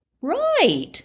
Right